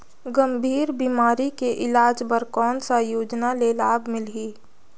गंभीर बीमारी के इलाज बर कौन सा योजना ले लाभ मिलही?